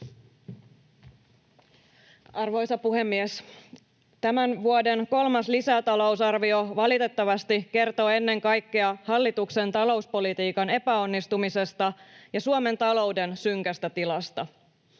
Arvoisa puhemies! Tämän vuoden kolmas lisätalousarvio valitettavasti kertoo ennen kaikkea hallituksen talouspolitiikan epäonnistumisesta ja Suomen talouden synkästä tilasta.